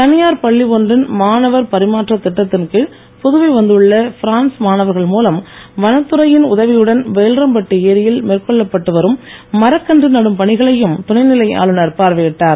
தனியார் பள்ளி ஒன்றின் மாணவர் பரிமாற்றத் திட்டத்தின் கீழ் புதுவை வந்துள்ள பிரான்ஸ் மாணவர்கள் மூலம் வனத்துறையின் உதவியுடன் வேல்ராம்பட்டு ஏரியில் மேற்கொள்ளப்பட்டு வரும் மரக்கன்று நடும் பணிகளையும் துணைநிலை ஆளுநர் பார்வையிட்டார்